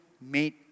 made